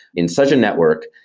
in such a network,